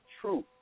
true